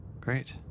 Great